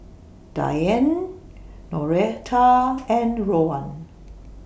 Dionne Noreta and Rowan